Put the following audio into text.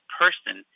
person